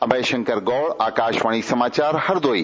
अभय शंकर गौड़ आकाशवाणी समाचार हरदोई